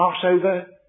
Passover